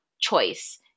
choice